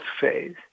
phase